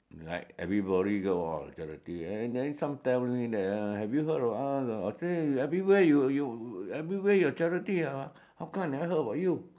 right everybody go for charity and then some family that one have you heard of us uh say everywhere everywhere your charity ah how come I never heard about you